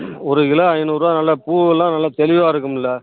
ஒரு கிலோ ஐநூறுரூவா நல்லா பூவெல்லாம் நல்ல தெளிவாக இருக்கும்ல்ல